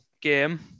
game